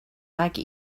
like